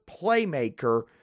playmaker